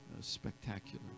Spectacular